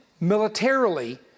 militarily